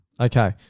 Okay